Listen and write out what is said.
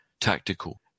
tactical